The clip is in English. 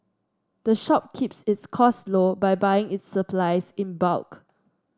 the shop keeps its cost low by buying its supplies in bulk